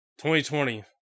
2020